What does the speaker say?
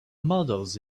models